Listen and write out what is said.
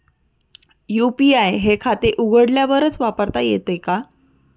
UPI हे खाते उघडल्यावरच वापरता येते का?